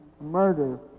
murder